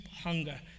hunger